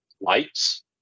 lights